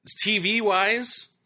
TV-wise